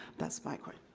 that's my point.